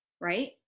right